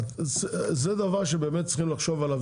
זה דבר שבאמת צריכים לחשוב עליו,